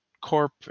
Corp